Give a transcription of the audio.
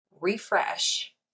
refresh